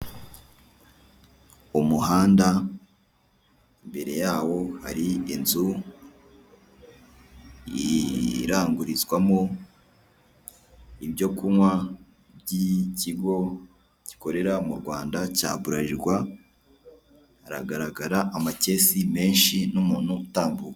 Abagabo babiri bari kuri gishe, uri inyuma wambaye ishati yumukara ameze nk'aho yabonye amafaranga ye, ari kuyabara kugira ngo arebe ko yuzuye. Uwambaye ishati y'umweru we ntabwo arayafata yose; hari ayo amajije gufata, andi aracyari kuri gishe.